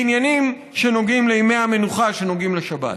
בעניינים שנוגעים לימי המנוחה, שנוגעים לשבת.